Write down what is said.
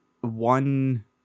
one